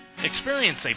Experience